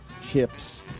tips